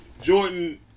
Jordan